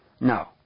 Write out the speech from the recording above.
No